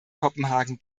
kopenhagen